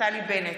נפתלי בנט,